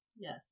Yes